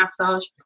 massage